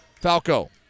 Falco